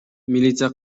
милиция